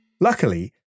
Luckily